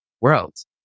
worlds